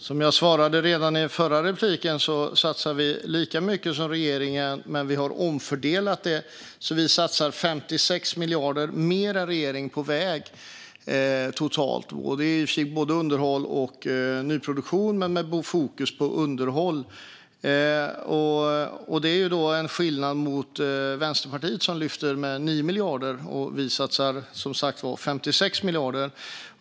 Herr talman! Som jag svarade redan i min förra replik satsar vi lika mycket som regeringen, men vi har omfördelat pengarna så att vi satsar 56 miljarder mer än regeringen på väg totalt. Det är i och för sig både underhåll och nyproduktion men med fokus på underhåll. Det är skillnad mot Vänsterpartiet som lyfter med 9 miljarder. Vi satsar, som sagt, 56 miljarder.